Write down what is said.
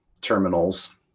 terminals